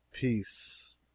Peace